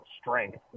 strength